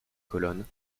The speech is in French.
colonnes